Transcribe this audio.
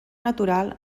natural